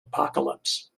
apocalypse